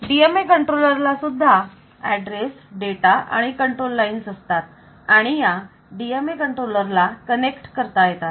DMA controller ला सुद्धा address data आणि कंट्रोल लाईन्स असतात आणि या DMA कंट्रोलर ला कनेक्ट करता येतात